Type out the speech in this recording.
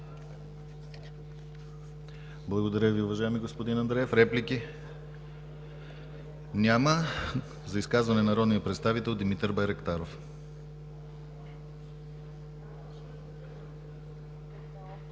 Благодаря Ви, уважаеми господин Андреев. Реплики? Няма. За изказване има думата народният представител Димитър Байрактаров.